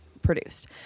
produced